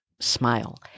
Smile